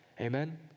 amen